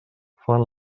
fan